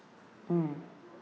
mm